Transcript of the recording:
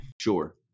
Sure